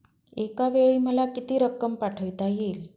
एकावेळी मला किती रक्कम पाठविता येईल?